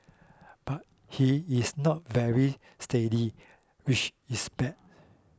but he is not very stealthy which is bad